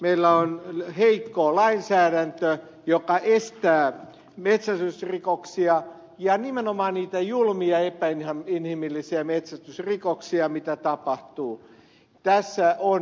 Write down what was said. meillä se lainsäädäntö joka estää metsästysrikoksia ja nimenomaan niitä julmia ja epäinhimillisiä metsästysrikoksia mitä tapahtuu on heikko